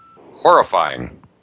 horrifying